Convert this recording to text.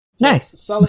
Nice